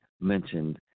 mentioned